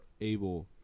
able